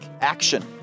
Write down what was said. action